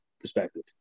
perspective